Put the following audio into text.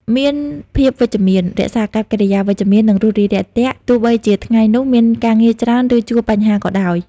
មានភាពវិជ្ជមាន រក្សាអាកប្បកិរិយាវិជ្ជមាន និងរួសរាយរាក់ទាក់ ទោះបីជាថ្ងៃនោះមានការងារច្រើន ឬជួបបញ្ហាក៏ដោយ។